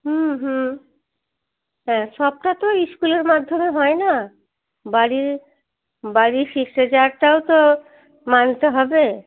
হুম হুম হ্যাঁ সবটা তো স্কুলের মাধ্যমে হয় না বাড়ির বাড়ির শিষ্টাচারটাও তো মানতে হবে